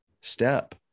step